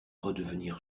redevenir